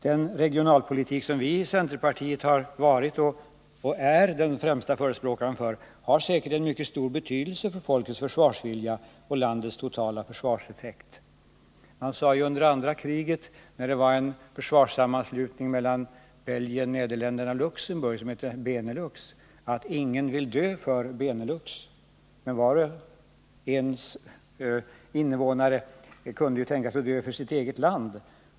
Den regionalpolitik som vi i centerpartiet har varit — och är — de främsta förespråkarna för har säkert en mycket stor betydelse för folkets försvarsvilja och landets totala försvarseffekt. Man sade på den tiden, då det fanns en union mellan Belgien, Nederländerna och Luxemburg som hette Benelux, attingen ville dö för Benelux, men varje lands invånare kunde ju tänka sig att dö för sitt eget land.